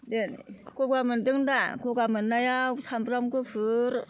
गगा मोन्दोंदा गगा मोननायाव सामब्राम गुफुर